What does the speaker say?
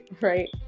right